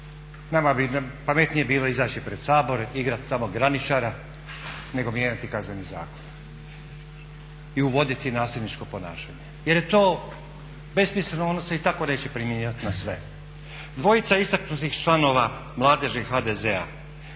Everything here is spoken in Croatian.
Nama bi pametnije bilo izaći pred Sabor, igrati tamo graničara nego mijenjati Kazneni zakon i uvoditi nasilničko ponašanje jer je to besmisleno. Ono se i tako neće primjenjivati na sve. Dvojica istaknutih članova Mladeži HDZ-a